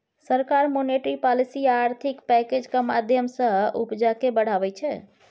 सरकार monetary policy आ आर्थिक पैकैजक माध्यमँ सँ उपजा केँ बढ़ाबै छै